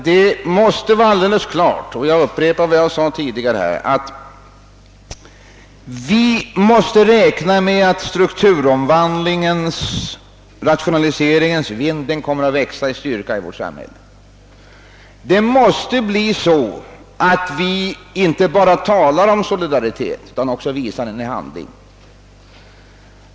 Det är alldeles klart — jag upprepar vad jag sade tidigare — att vi måste räkna med att strukturomvandlingens vind kommer att växa i styrka i vårt samhälle. Vi kan inte bara tala om solidaritet utan måste också visa den i handling.